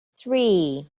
three